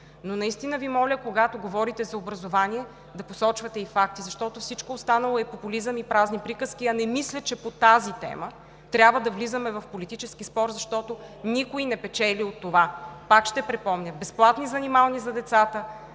Наистина Ви моля, когато говорите за образование, да посочвате и факти, защото всичко останало е популизъм и празни приказки, а не мисля, че по тази тема трябва да влизаме в политически спор, защото никой не печели от това. Пак ще припомня: безплатни занимални за децата;